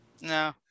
No